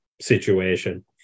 situation